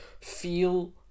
feel